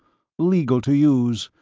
legal to use.